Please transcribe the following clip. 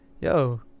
yo